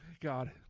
God